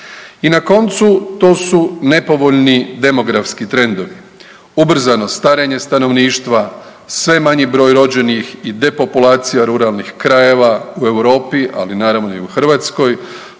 I na koncu to su nepovoljni demografski trendovi. Ubrzano starenje stanovništva, sve manji broj rođenih i depopulacija ruralnih krajeva u Europi, ali naravno i u Hrvatskoj